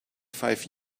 five